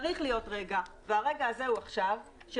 צריך להיות לנו רגע והרגע הזה הוא עכשיו בו